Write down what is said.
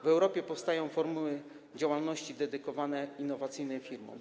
W Europie powstają formuły działalności dedykowane innowacyjnym firmom.